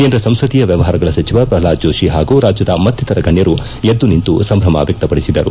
ಕೇಂದ್ರ ಸಂಸದೀಯ ವ್ಯವಹಾರಗಳ ಸಚಿವ ಪ್ರಹ್ಲಾದ್ ಜೋಷಿ ಹಾಗೂ ರಾಜ್ಯದ ಮತ್ತಿತರ ಗಣ್ಣರು ಎದ್ದು ನಿಂತು ಸಂಭ್ರಮ ವ್ಯಕ್ತಪಡಿಸಿದರು